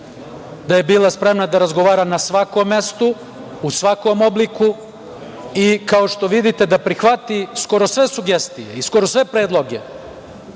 da je bila spremna da razgovara na svakom mestu, u svakom obliku i, kao što vidite, da prihvati skoro sve sugestije i skoro sve predloge